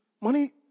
money